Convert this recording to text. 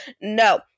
No